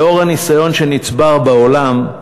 לאור הניסיון שנצבר בעולם,